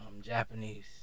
Japanese